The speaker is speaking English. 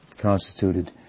constituted